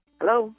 Hello